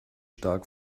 stark